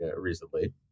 recently